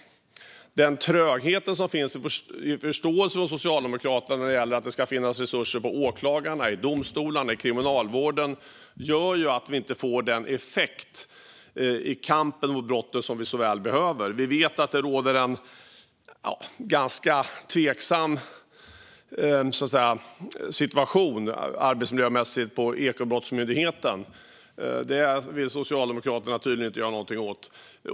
Den tröghet som finns i Socialdemokraternas förståelse för att det ska finnas resurser för åklagarna, domstolarna och kriminalvården gör att vi inte får den effekt i kampen mot brotten som vi så väl behöver. Vi vet att det råder en ganska tveksam situation arbetsmiljömässigt på Ekobrottsmyndigheten. Detta vill Socialdemokraterna tydligen inte göra något åt.